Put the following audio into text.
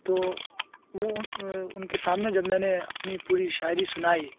تو وہ ان کے سامنے جب میں نے اپنی پوری شاعری سنائی